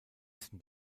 sind